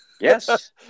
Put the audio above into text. Yes